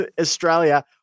Australia